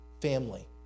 family